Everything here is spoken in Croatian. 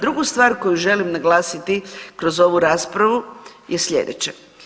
Drugu stvar koju želim naglasiti kroz ovu raspravu je sljedeće.